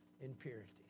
impurities